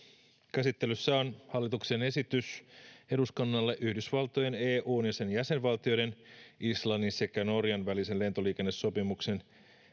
käsittelyssä on hallituksen esitys eduskunnalle yhdysvaltojen eun ja sen jäsenvaltioiden islannin sekä norjan välisen lentoliikennesopimuksen